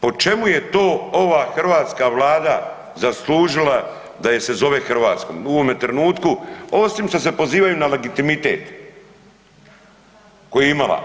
Po čemu je to ova hrvatska Vlada zaslužila da je zove hrvatskom u ovome trenutku osim što se pozivaju na legitimitet koji je imala?